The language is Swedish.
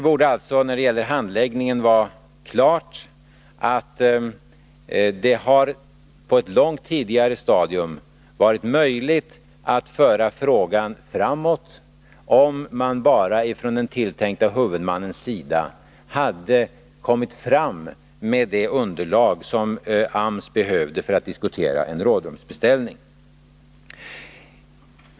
När det gäller handläggningen borde det alltså vara klart att det på ett långt tidigare stadium hade varit möjligt att föra frågan framåt, om man bara från den tilltänkta huvudmannens sida hade kommit fram med det underlag som AMS behövde för att diskutera en rådrumsbeställning.